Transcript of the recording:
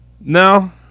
No